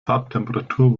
farbtemperatur